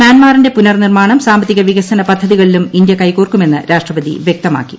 മ്യാൻമാറിന്റെ പുനർനിർമ്മാണം സാമ്പത്തിക വികസന പദ്ധതികളിലും ഇന്തൃ കൈകോർക്കുമെന്ന് രാഷ്ട്രപതി വൃക്തമാക്കി